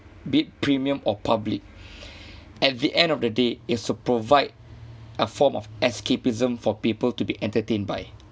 be it premium or public at the end of the day is to provide a form of escapism for people to be entertained by